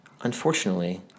Unfortunately